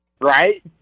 Right